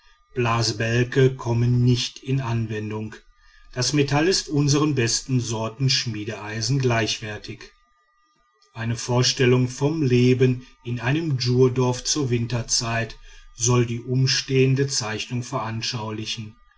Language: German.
blasebälge kommen nicht in anwendung das metall ist unsern besten sorten schmiedeeisen gleichwertig dorf der djur im winter eine vorstellung vom leben in einem djurdorf zur winterszeit soll die umstehende zeichnung veranschaulichen